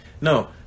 No